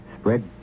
spread